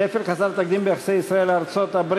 שפל חסר תקדים ביחסי ישראל ארצות-הברית,